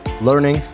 learning